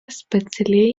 specialiai